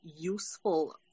useful